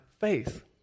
faith